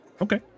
Okay